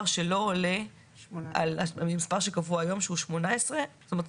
שלא עולה על המספר שקבוע היום שהוא 18. זאת אומרת,